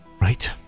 Right